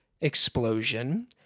explosion